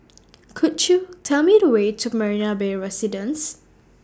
Could YOU Tell Me The Way to Marina Bay Residence